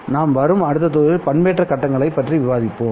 நாம் வரும் அடுத்த சில தொகுதிகளில் பண்பேற்ற கட்டங்களைப் பற்றி விவாதிப்போம்